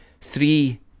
three